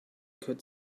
could